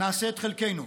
נעשה את חלקנו.